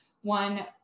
one